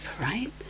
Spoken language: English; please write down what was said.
right